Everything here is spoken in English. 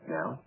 now